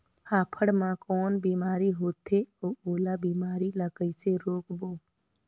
फाफण मा कौन बीमारी होथे अउ ओला बीमारी ला कइसे रोकबो?